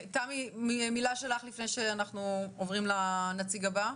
תמי, מילה שלך לפני שאנחנו עוברים לנציג הבא.